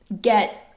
get